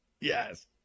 Yes